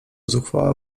zuchwała